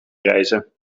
reizen